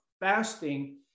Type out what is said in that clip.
fasting